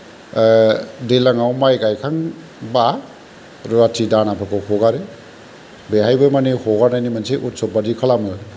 दैलाङाव माइ गायखांबा रुवाथि दाहोनाफोरखौ हगारो बेहायबो माने हगारनायनि उत्सब बायदि खालामो